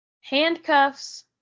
handcuffs